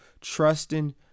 trusting